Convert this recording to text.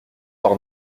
par